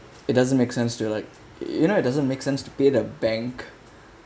it doesn't make sense to like you know it doesn't make sense to pay the bank